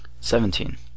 seventeen